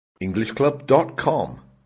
EnglishClub.com